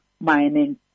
mining